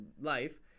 life